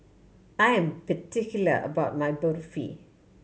I am particular about my Barfi